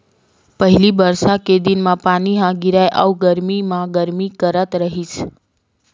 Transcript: पहिली बरसा के दिन म पानी ह गिरय अउ गरमी म गरमी करथ रहिस